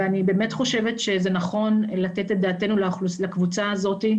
ואני באמת חושבת שזה נכון לתת את דעתנו לקבוצה הזאת.